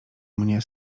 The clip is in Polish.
mnie